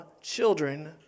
children